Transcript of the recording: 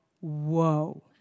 whoa